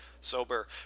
Sober